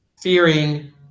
fearing